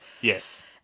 Yes